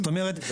זאת אומרת,